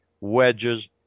wedges